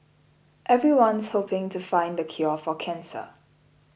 everyone's hoping to find the cure for cancer